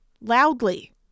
loudly